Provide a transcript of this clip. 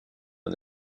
and